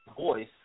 voice